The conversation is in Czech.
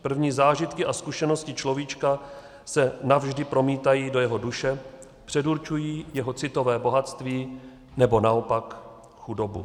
První zážitky a zkušenosti človíčka se navždy promítají do jeho duše, předurčují jeho citové bohatství, nebo naopak chudobu.